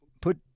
put